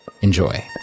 enjoy